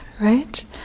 Right